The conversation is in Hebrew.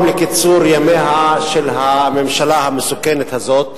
לקיצור ימיה של הממשלה המסוכנת הזאת.